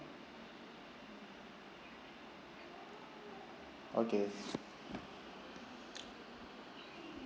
okay